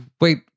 wait